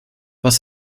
was